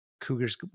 cougars